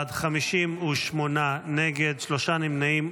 נגד, שלושה נמנעים.